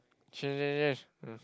change change change